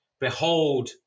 behold